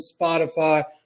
Spotify